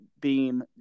Beam